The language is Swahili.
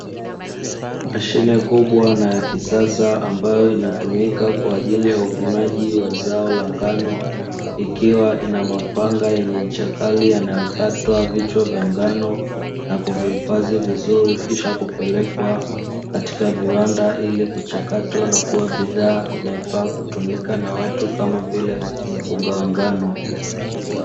Mashine kubwa na ya kisasa ambayo inatumika kwa ajili ya uvunaji wa zao la ngano, ikiwa ina mapanga yenye ncha kali yanayokata vichwa vya ngano, na kuvihifadhi vizuri kisha kupelekwa katika viwanda, ili kuchakatwa na kuwa bidhaa inayofaa kutumika na watu kama vile, unga wa ngano.